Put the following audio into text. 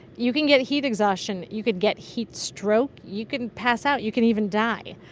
you can get heat exhaustion. you could get heat stroke. you can pass out. you can even die.